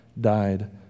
died